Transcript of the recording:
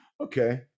okay